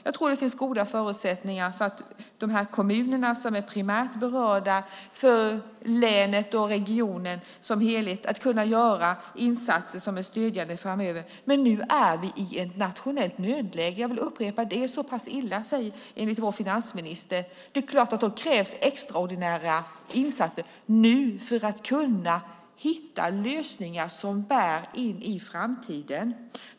Jag tror att det finns goda förutsättningar för att de här kommunerna som är primärt berörda, länet och regionen som helhet kan göra stödjande insatser framöver. Men nu befinner vi oss i ett nationellt nödläge. Jag vill upprepa att det är så pass illa enligt vår finansminister. Då krävs extraordinära insatser för att man ska kunna hitta lösningar som bär in i framtiden.